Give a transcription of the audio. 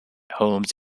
homes